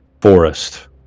forest